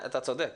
אתה צודק.